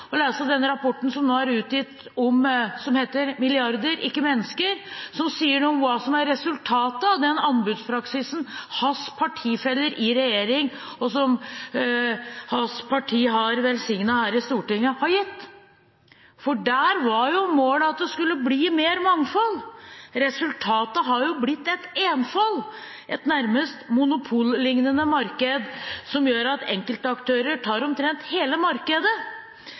lese rapporten som heter Milliarder – ikke mennesker, som nå er utgitt. Den sier noe om hva som er resultatet av anbudspraksisen som hans partifeller i regjering og hans parti har velsignet her i Stortinget. Målet var at det skulle bli mer mangfold. Resultatet har blitt et enfold, et nærmest monopollignende marked som gjør at enkeltaktører tar omtrent hele markedet.